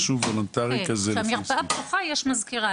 ב׳כללית׳ כשהמרפאה פתוחה יש גם מזכירות.